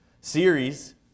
series